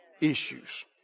issues